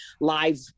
live